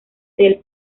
del